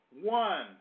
one